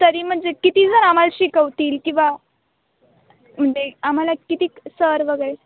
तरी म्हणजे किती जर आम्हाला शिकवतील किंवा म्हणजे आम्हाला किती सर वगैरे